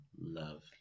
love